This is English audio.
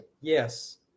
yes